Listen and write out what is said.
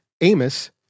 Amos